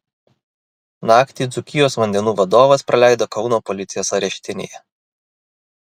naktį dzūkijos vandenų vadovas praleido kauno policijos areštinėje